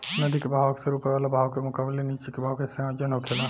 नदी के बहाव अक्सर ऊपर वाला बहाव के मुकाबले नीचे के बहाव के संयोजन होखेला